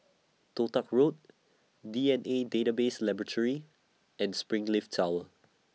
Toh Tuck Road D N A Database Laboratory and Springleaf Tower